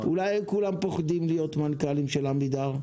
-- אולי כולם פוחדים להיות מנכ"לים של עמידר?